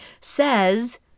says